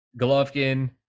Golovkin